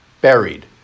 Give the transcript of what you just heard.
buried